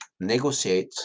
negotiate